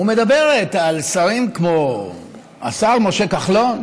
ומדברת על שרים כמו השר משה כחלון,